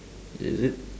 is it